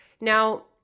Now